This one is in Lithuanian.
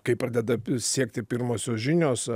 kai pradeda siekti pirmosios žinios